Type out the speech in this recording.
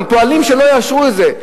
הם פועלים שלא יאשרו את זה,